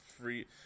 free